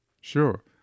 Sure